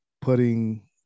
putting